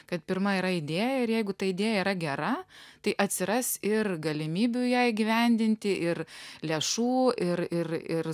kad pirma yra idėja ir jeigu ta idėja yra gera tai atsiras ir galimybių ją įgyvendinti ir lėšų ir ir ir